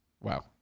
Wow